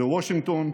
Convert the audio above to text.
בוושינגטון,